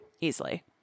easily